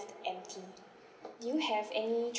empty do you have any